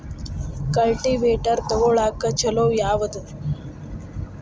Cultivator ತೊಗೊಳಕ್ಕ ಛಲೋ ಯಾವದ?